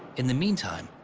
in the meantime,